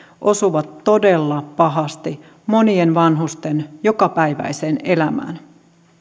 osuvat todella pahasti monien vanhusten jokapäiväiseen elämään